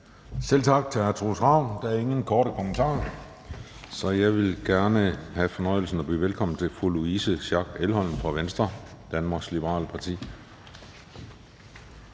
Selv tak til hr. Troels Ravn. Der er ingen korte bemærkninger, så jeg har fornøjelsen af at byde velkommen til fru Louise Schack Elholm fra Venstre, Danmarks Liberale Parti.